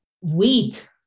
wheat